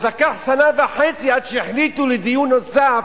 לקח שנה וחצי עד שהחליטו על דיון נוסף.